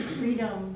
freedom